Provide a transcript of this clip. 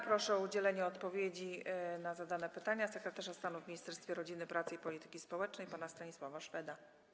Proszę o udzielenie odpowiedzi na zadane pytania sekretarza stanu w Ministerstwie Rodziny, Pracy i Polityki Społecznej pana Stanisława Szweda.